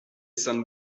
son